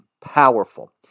Powerful